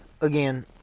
again